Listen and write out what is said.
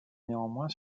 néanmoins